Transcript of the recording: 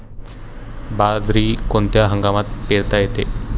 बाजरी कोणत्या हंगामात पेरता येते?